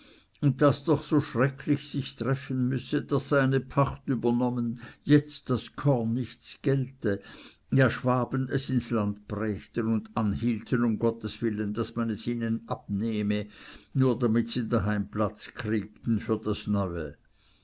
und das doch so schrecklich sich treffen müsse daß er eine pacht übernommen jetzt wo das korn nichts gelte ja schwaben es ins land brächten und anhielten um gottes willen daß man es ihnen abnehme nur damit sie daheim platz kriegten für das neue